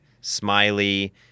smiley